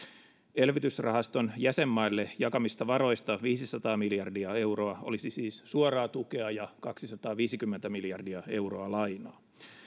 elvytysrahaston jäsenmaille jakamista varoista viisisataa miljardia euroa olisi siis suoraa tukea ja kaksisataaviisikymmentä miljardia euroa lainaa